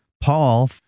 Paul